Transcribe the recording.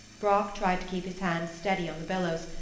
brock tried to keep his hands steady on the bellows,